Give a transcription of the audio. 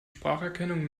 spracherkennung